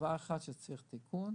דבר אחד שמצריך תיקון,